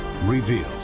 revealed